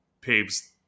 paves